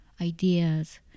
ideas